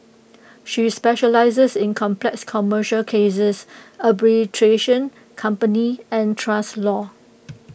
she specialises in complex commercial cases arbitration company and trust law